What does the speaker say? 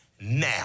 now